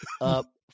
up